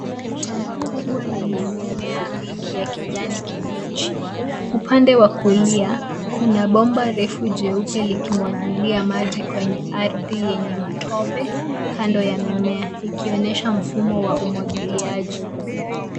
Shamba kubwa lenye mimea mingi ya kijani kibichi. Upande wa kulia, kuna bomba refu jeupe likimwagilia maji kwenye ardhi yenye matope, kando ya mimea, likionyesha mfumo wa umwagiliaji.